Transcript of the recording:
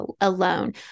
alone